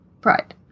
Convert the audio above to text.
pride